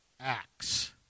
acts